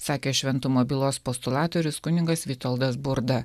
sakė šventumo bylos postulatorius kunigas vitoldas burda